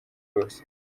bwose